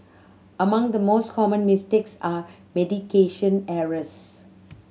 among the most common mistakes are medication errors